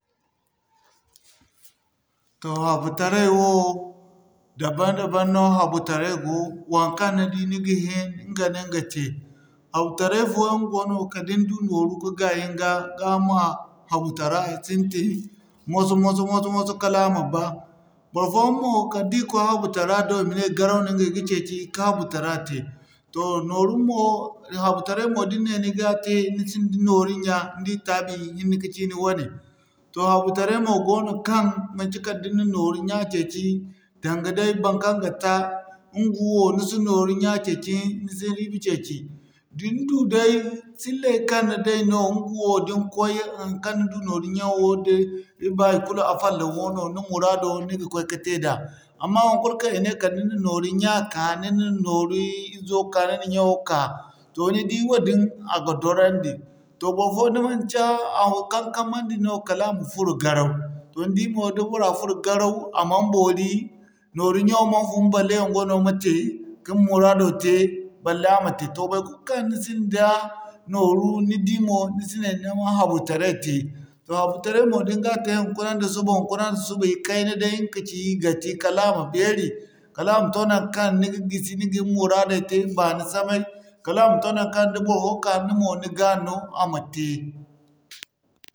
Toh habu taray wo, dabam-dabam no habi taray go waŋkaŋ ni di ni ga hin ɲga no ni ga te. Habu taray fo yaŋ goono kala da ni du nooru ka gayi ni ga, ga ma habu tara sintin, moso-moso moso-moso kala a ma ba barfoyaŋ mo kala da i koy habu tara do i ma ne garaw no ɲgay ga ceeci, ka habu tara te. Toh nooru mo, habu taray mo da ni ne ni ga te ni sinda nooru ɲya, ni di taabi hinne kaci ni wane. Toh habu taray mo goono kaŋ manci kala da ni na nooru ɲya ceeci, danga day baŋkaŋ ga ta, ɲga wo ni si nooru ɲya ceeci ni si riiba ceeci. Da ni du sillay kaŋ ni day no ɲga wo da ni koy haŋkaŋ ni du nooru ɲyaŋo da ibayi kulu afallŋka no ni muraado ni ga koy ka te da. Amma wankul kaŋ i ne kala da ni na nooru ɲya ka, ni na nooru izo ka ni na ɲyaŋo ka, toh ni di wadin a ga dorandi. Toh barfo da manci a kankamandi no kala day a ma furo garaw. Ni di mo da bora furo garaw, a man boori nooru ɲyaŋo man fun balle yongo wano ma te kin muraado te, balle a ma te. Toh baikulu kaŋ ni sinda nooru, ni di mo ni si ne ni ma habu taray te. Toh habu taray mo da ni ga te hinkuna nda suba hinkuna nda suba ikayna day ɲga kaci gati kala a ma beeri. Kala a ma to naŋkaŋ ni ga gisi ni ga ni muraaday te baani samay kala a ma to naŋkaŋ da barfo ka ni mo ni ga no a ma te.